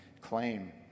claim